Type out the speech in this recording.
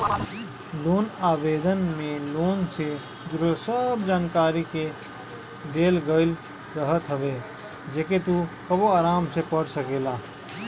loan आवेदन में loan से जुड़ल सब जानकरी के देहल गईल रहत हवे जेके तू कबो आराम से पढ़ सकेला